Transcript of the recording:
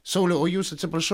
sauliau o jūs atsiprašau